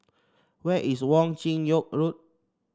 where is Wong Chin Yoke Road